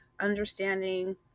understanding